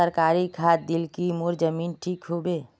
सरकारी खाद दिल की मोर जमीन ठीक होबे?